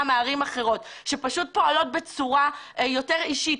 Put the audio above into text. מערים אחרות שפועלות בצורה יותר אישית,